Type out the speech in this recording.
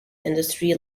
industry